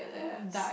!oops!